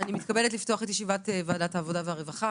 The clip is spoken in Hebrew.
אני מתכבדת לפתוח את ישיבת ועדת העבודה והרווחה